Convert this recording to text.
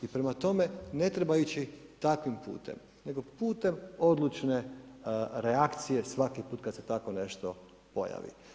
I prema tome, ne treba ići takvim putem, nego putem odlučne reakcije svaki put kad se tako nešto pojavi.